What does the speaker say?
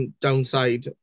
downside